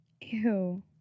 ew